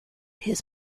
his